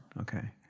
Okay